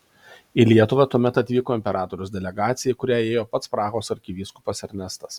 į lietuvą tuomet atvyko imperatoriaus delegacija į kurią įėjo pats prahos arkivyskupas ernestas